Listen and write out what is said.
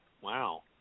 Wow